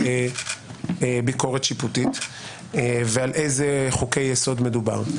ביקורת שיפוטית ועל אלו חוקי יסוד מדובר.